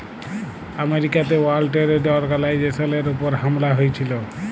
আমেরিকাতে world trade অর্গালাইজেশলের উপর হামলা হঁয়েছিল